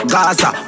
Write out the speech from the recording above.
Gaza